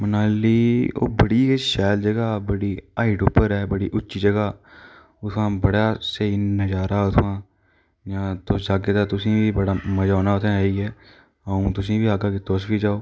मनाली ओह् बड़ी गै शैल जगह् बड़ी हाइट उप्पर ऐ बड़ी उच्ची जगह् उत्थुआं बड़ा स्हेई नज़ारा उ'त्थुआं इ'यां तुस जाह्गे तां तुसें ई बड़ा मज़ा औना उ'त्थें रेहियै अ'ऊं तुसें गी बी आखग कि तुस बी जाओ